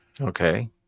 Okay